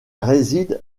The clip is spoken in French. réside